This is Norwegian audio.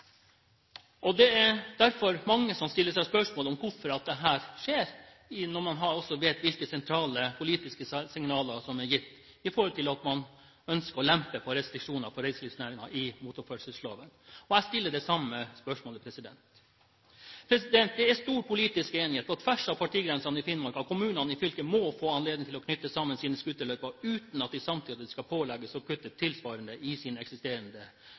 gjennomføres. Det er derfor mange som stiller seg spørsmål om hvorfor dette skjer når man vet hvilke sentrale politiske signaler som er gitt med hensyn til at man ønsker å lempe på restriksjoner for reiselivsnæringen i motorferdselsloven. Jeg stiller det samme spørsmålet. Det er stor politisk enighet på tvers av partigrensene i Finnmark om at kommunene i fylket må få anledning til å knytte sammen sine scooterløyper uten at de samtidig skal pålegges å kutte tilsvarende i sine eksisterende